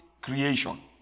creation